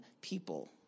people